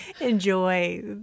enjoy